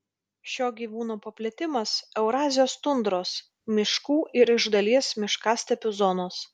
šio gyvūno paplitimas eurazijos tundros miškų ir iš dalies miškastepių zonos